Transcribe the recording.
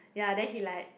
ya then he like